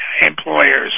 employers